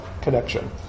connection